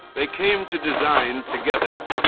they came to design together,